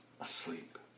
asleep